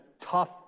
tough